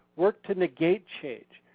work to negate change.